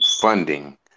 funding